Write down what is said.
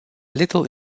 little